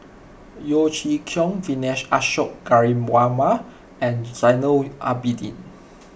Yeo Chee Kiong Vijesh Ashok Ghariwala and Zainal Abidin